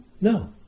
No